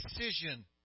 decision